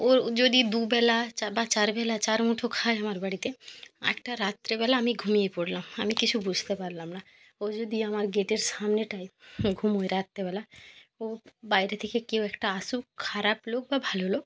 ও যদি দুবেলা চা বা চারবেলা চার মুঠো খায় আমার বাড়িতে একটা রাত্রেবেলা আমি ঘুমিয়ে পড়লাম আমি কিছু বুঝতে পারলাম না ও যদি আমার গেটের সামনেটায় ঘুমোয় রাত্রেবেলা ও বাইরে থেকে কেউ একটা আসুক খারাপ লোক বা ভালো লোক